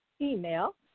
email